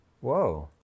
Whoa